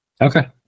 Okay